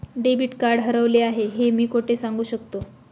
Debit card हरवले आहे हे मी कोठे सांगू शकतो?